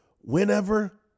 Whenever